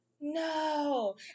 No